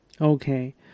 Okay